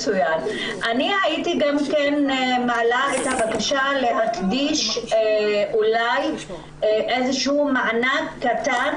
אני הייתי גם מעלה את הבקשה להקדיש אולי איזשהו מענק קטן